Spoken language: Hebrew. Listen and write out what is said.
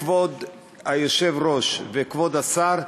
כבוד היושב-ראש וכבוד השר,